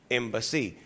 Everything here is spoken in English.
embassy